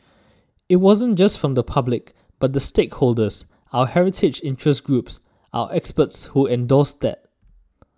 it wasn't just from the public but the stakeholders our heritage interest groups our experts who endorsed that